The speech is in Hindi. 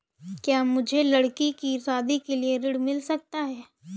क्या मुझे लडकी की शादी के लिए ऋण मिल सकता है?